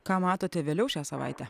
ką matote vėliau šią savaitę